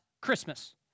Christmas